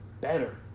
better